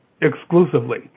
exclusively